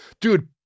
Dude